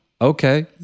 Okay